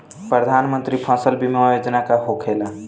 प्रधानमंत्री फसल बीमा योजना का होखेला?